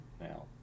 Now